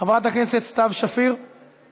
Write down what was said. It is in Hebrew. חברת הכנסת תמר זנדברג,